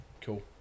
cool